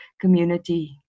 community